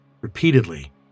repeatedly